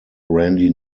randy